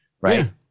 Right